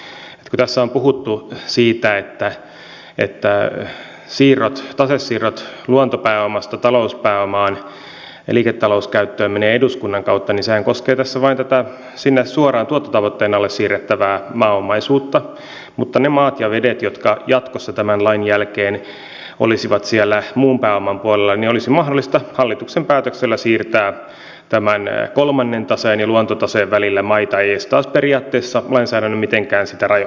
kun tässä on puhuttu siitä että tasesiirrot luontopääomasta talouspääomaan liiketalouskäyttöön menevät eduskunnan kautta niin sehän koskee tässä vain sinne suoraan tuottotavoitteen alle siirrettävää maaomaisuutta mutta ne maat ja vedet jotka jatkossa tämän lain jälkeen olisivat siellä muun pääoman puolella olisi mahdollista hallituksen päätöksellä siirtää tämän kolmannen taseen ja luontotaseen välillä eestaas periaatteessa lainsäädännön mitenkään sitä rajoittamatta